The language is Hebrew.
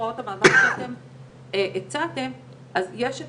ברגע שרק מכניסים את זה לשומת ההשבחה, אז התשלום,